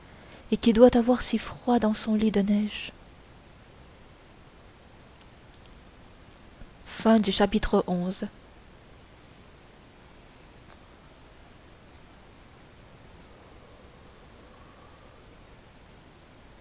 et qui doit avoir si froid dans son lit de neige chapitre